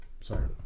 Sorry